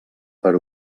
per